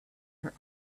her